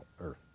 earth